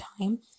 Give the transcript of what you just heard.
time